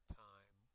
time